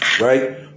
right